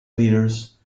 leaders